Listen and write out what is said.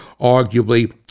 arguably